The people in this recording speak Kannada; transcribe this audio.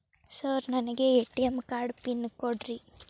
ಸರ್ ನನಗೆ ಎ.ಟಿ.ಎಂ ಕಾರ್ಡ್ ಪಿನ್ ಕೊಡ್ರಿ?